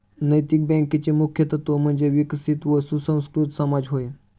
नैतिक बँकेचे मुख्य तत्त्व म्हणजे विकसित व सुसंस्कृत समाज होय